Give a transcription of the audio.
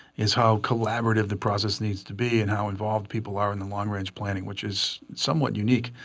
is how collaborative the process needs to be, and how involved people are in the long range planning. which is somewhat unique.